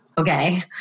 Okay